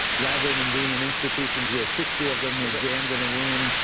rather than be in institutions, where sixty of them were jammed in a room,